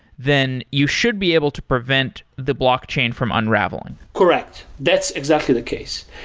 then you should be able to prevent the blockchain from unraveling. correct. that's exactly the case.